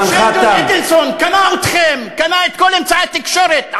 שלדון אדלסון קנה אתכם, קנה את כל אמצעי התקשורת.